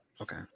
Okay